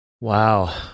Wow